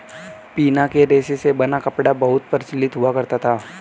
पिना के रेशे से बना कपड़ा बहुत प्रचलित हुआ करता था